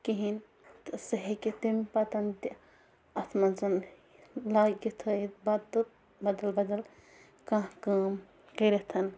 کِہیٖنۍ تہِ سُہ ہیٚکہِ تَمہِ پَتہٕ تہِ اَتھ منٛز یہِ لاگہِ تھٲیِتھ بَتہٕ بَدل بَدل کانٛہہ کٲم کٔرِتھ